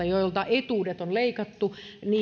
joilta etuudet on leikattu